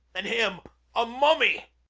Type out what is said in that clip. and him a mummy!